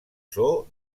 zoo